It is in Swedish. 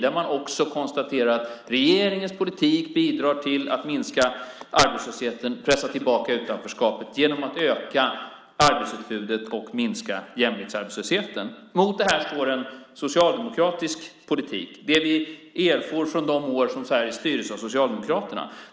Där konstaterar man att regeringens politik bidrar till att minska arbetslösheten och pressa tillbaka utanförskapet genom att öka arbetsutbudet och minska jämviktsarbetslösheten. Mot det här står en socialdemokratisk politik, det vi erfor de år som Sveriges styrdes av socialdemokrater.